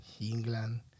England